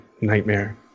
nightmare